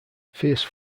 fierce